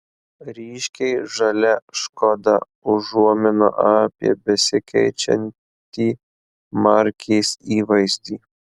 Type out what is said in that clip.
ryškiai žalia škoda užuomina apie besikeičiantį markės įvaizdį